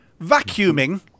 vacuuming